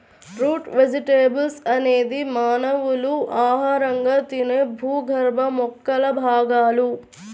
route vegetables అనేది మానవులు ఆహారంగా తినే భూగర్భ మొక్కల భాగాలు